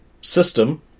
system